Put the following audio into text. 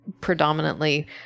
predominantly